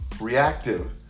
reactive